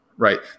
Right